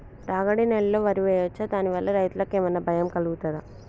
రాగడి నేలలో వరి వేయచ్చా దాని వల్ల రైతులకు ఏమన్నా భయం కలుగుతదా?